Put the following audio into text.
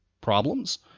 problems